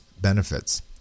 benefits